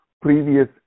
previous